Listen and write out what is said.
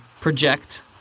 project